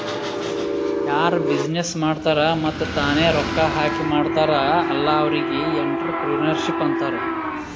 ಯಾರು ಬಿಸಿನ್ನೆಸ್ ಮಾಡ್ತಾರ್ ಮತ್ತ ತಾನೇ ರೊಕ್ಕಾ ಹಾಕಿ ಮಾಡ್ತಾರ್ ಅಲ್ಲಾ ಅವ್ರಿಗ್ ಎಂಟ್ರರ್ಪ್ರಿನರ್ಶಿಪ್ ಅಂತಾರ್